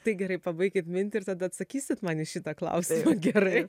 tai gerai pabaikit mintį ir tada atsakysit man į šitą klausimą gerai